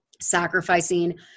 sacrificing